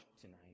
tonight